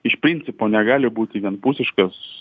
iš principo negali būti vienpusiškas